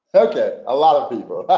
it a lot of people